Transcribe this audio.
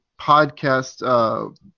podcast